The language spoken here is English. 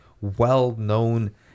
well-known